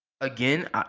Again